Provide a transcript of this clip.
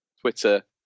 Twitter